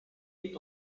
est